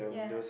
yeah